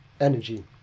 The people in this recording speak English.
energy